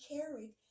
carried